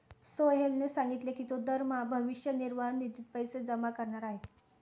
सोहेलने सांगितले की तो दरमहा भविष्य निर्वाह निधीत पैसे जमा करणार आहे